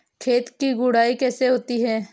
खेत की गुड़ाई कैसे होती हैं?